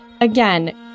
again